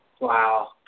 wow